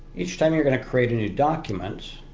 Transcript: each time you're going to create a new document